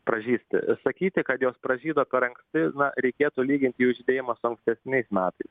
pražysti sakyti kad jos pražydo per anksti na reikėtų lyginti jų žydėjimą su ankstesniais metais